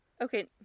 Okay